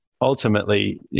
ultimately